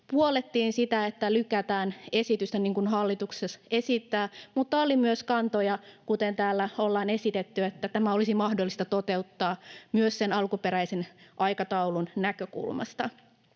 puollettiin sitä, että lykätään esitystä niin kuin hallitus esittää, mutta oli myös kantoja, kuten täällä ollaan esitetty, että tämä olisi mahdollista toteuttaa myös sen alkuperäisen aikataulun näkökulmasta.